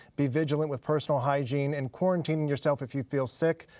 be vigilant with personal hygiene and quarantine and yourself if you feel sick,